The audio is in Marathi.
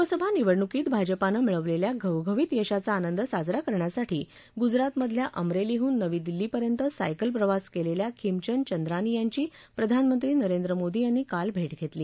लोकसभा निवडणूकीत भाजपानं मिळवलेल्या घवघवीत यशाचा आंनद साजरा करण्यासाठी गुजरातमधल्या अमरेलीहून नवी दिल्लीपर्यंत सायकलप्रवास केलेल्या खिमचंद चंद्रानी यांची प्रधानमंत्री नरेंद्र मोदी यांनी काल भेट घेतली